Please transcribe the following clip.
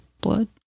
blood